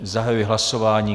Zahajuji hlasování.